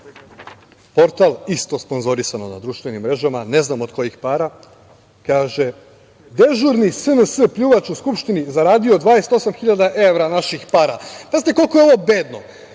portal, isto sponzorisano na društvenim mrežama, ne znam od kojih para, kaže: „Dežurni SNS pljuvač u Skupštini zaradio 28 hiljada evra naših para“. Pazite koliko je ovo bedno.